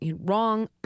wrong